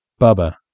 Bubba